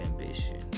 ambition